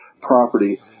property